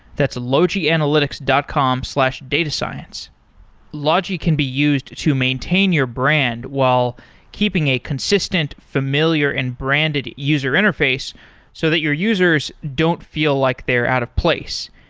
that's logianalytics dot com datascience logi can be used to maintain your brand while keeping a consistent familiar and branded user interface so that your users don't feel like they're out of place.